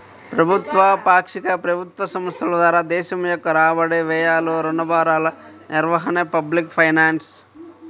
ప్రభుత్వ, పాక్షిక ప్రభుత్వ సంస్థల ద్వారా దేశం యొక్క రాబడి, వ్యయాలు, రుణ భారాల నిర్వహణే పబ్లిక్ ఫైనాన్స్